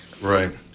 Right